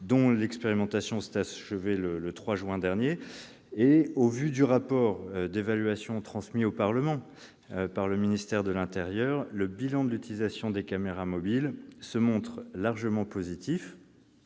dont l'expérimentation s'est achevée le 3 juin dernier ; c'est même son premier objet. Au vu du rapport d'évaluation transmis au Parlement par le ministère de l'intérieur, le bilan de l'utilisation des caméras mobiles se montre largement positif